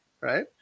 right